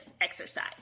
exercise